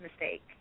mistake